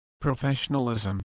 Professionalism